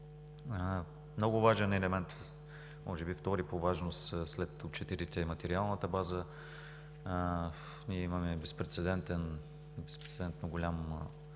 Много важен елемент, може би втори по важност след учителите, е материалната база. Ние имаме безпрецедентно голям